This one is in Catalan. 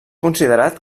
considerat